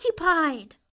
occupied